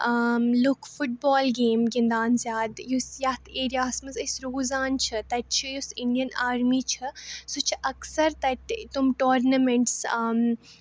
لوٗکھ football game گِنٛدان زیادٕ یُس یَتھ ایریاہَس منٛز أسۍ روزان چھِ تَتہِ چھِ یُس اِنڈیَن آرمی چھِ سُہ چھِ اَکثَر تَتہِ تِم ٹورنامٮ۪نٹٕس